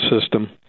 system